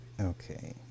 okay